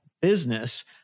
business